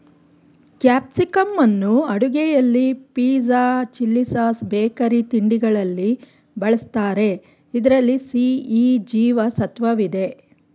ಕ್ಯಾಪ್ಸಿಕಂನ್ನು ಅಡುಗೆಯಲ್ಲಿ pizza, chilli sauce, bakery ತಿಂಡಿಗಳಲ್ಲಿ ಬಳ್ಸತ್ತರೆ ಇದ್ರಲ್ಲಿ ಸಿ, ಇ ಜೀವ ಸತ್ವವಿದೆ